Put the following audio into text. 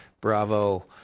Bravo